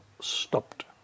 stopped